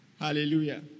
Hallelujah